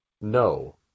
No